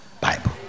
Bible